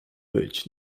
być